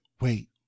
wait